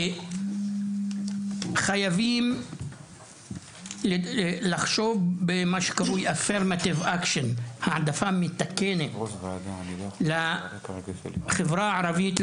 חייבים לחשוב על העדפה מתקנת לחברה הערבית,